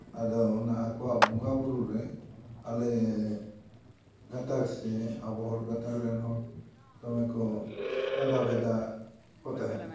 ᱟᱫᱚ ᱚᱱᱟ ᱟᱠᱚᱣᱟᱜ ᱵᱚᱸᱜᱟ ᱵᱩᱨᱩ ᱨᱮ ᱟᱞᱮ ᱜᱟᱛᱟᱠ ᱥᱮ ᱟᱵᱚ ᱦᱚᱲ ᱜᱟᱛᱟᱠ ᱨᱮᱱ ᱦᱚᱲ ᱫᱚᱢᱮ ᱠᱚ ᱪᱟᱸᱫᱟ ᱵᱮᱷᱫᱟ ᱠᱚ ᱛᱟᱦᱮᱸᱫᱼᱟ